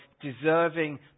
deserving